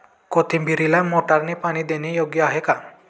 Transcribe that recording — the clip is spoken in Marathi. कोथिंबीरीला मोटारने पाणी देणे योग्य आहे का?